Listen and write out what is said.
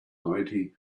ninety